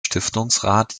stiftungsrat